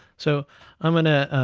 so i'm gonna